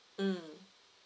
mmhmm